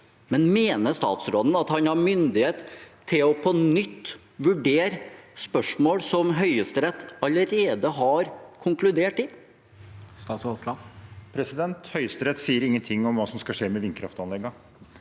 Mener statsråden at han har myndighet til på nytt å vurdere spørsmål som Høyesterett allerede har konkludert i? Statsråd Terje Aasland Høyesterett sier ingenting om hva som skal skje med vindkraftanleggene.